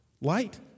Light